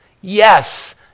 yes